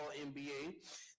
NBA